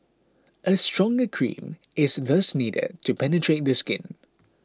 a stronger cream is thus needed to penetrate the skin